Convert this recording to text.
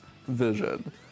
vision